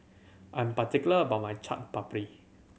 I'm particular about my Chaat Papri